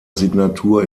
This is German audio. signatur